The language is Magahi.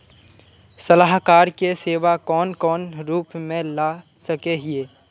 सलाहकार के सेवा कौन कौन रूप में ला सके हिये?